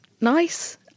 nice